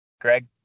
Greg